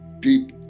deep